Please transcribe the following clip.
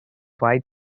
white